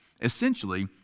Essentially